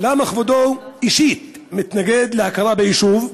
למה כבודו אישית מתנגד להכרה ביישוב?